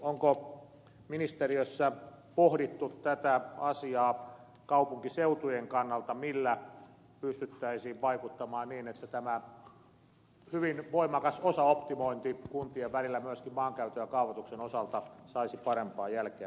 onko ministeriössä pohdittu tätä asiaa kaupunkiseutujen kannalta millä pystyttäisiin vaikuttamaan niin että tämä hyvin voimakas osaoptimointi kuntien välillä myöskin maankäytön ja kaavoituksen osalta saisi parempaa jälkeä tulevaisuudessa